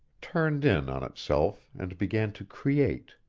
turned in on itself and began to create.